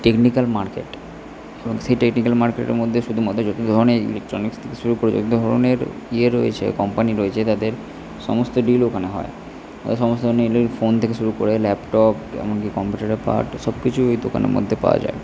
technical market এবং সেই technical মার্কেটের মধ্যে শুধুমাত্র যত ধরনের ইলেকট্রনিক্স থেকে শুরু করে যত ধরনের ইয়ে রয়েছে কম্পানি রয়েছে তাদের সমস্ত ডিল ওখানে হয় এই সমস্ত নিলি ফোন থেকে শুরু করে ল্যাপটপ এমন কি কম্পিউটারের পার্ট তো সব কিছুই ওই দোকানের মধ্যে পাওয়া যায়